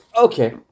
Okay